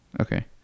Okay